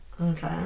okay